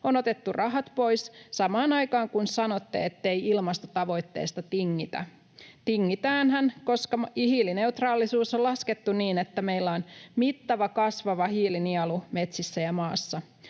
on otettu rahat pois samaan aikaan, kun sanotte, ettei ilmastotavoitteista tingitä? Tingitäänhän, koska hiilineutraalisuus on laskettu niin, että meillä on mittava, kasvava hiilinielu metsissä ja maassa.